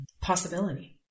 Possibility